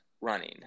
running